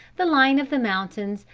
the line of the mountains,